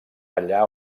allà